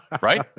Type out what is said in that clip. right